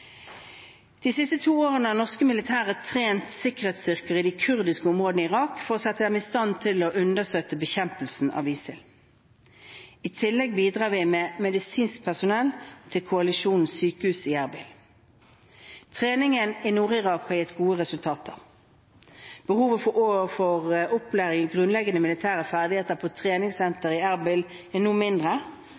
De siste to årene har norske militære trent sikkerhetsstyrker i de kurdiske områdene i Irak for å sette dem i stand til å understøtte bekjempelsen av ISIL. I tillegg bidrar vi med medisinsk personell til koalisjonens sykehus i Erbil. Treningen i Nord-Irak har gitt gode resultater. Behovet for opplæring i grunnleggende militære ferdigheter på treningssenteret i Erbil er nå mindre. Som Stortinget er informert om, vil vi redusere innsatsen vår noe